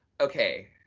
Okay